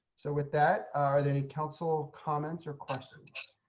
so with that, are there any council comments or questions.